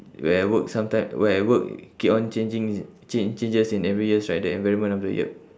where work sometime where work keep on changing change changes in every years right the environment of the year